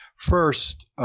first –